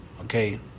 Okay